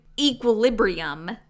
equilibrium